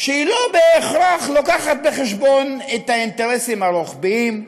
שהיא לא בהכרח לוקחת בחשבון את האינטרסים הרוחביים,